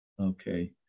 okay